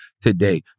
today